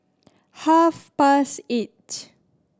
half past eight